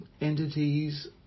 entities